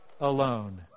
alone